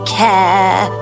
care